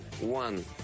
one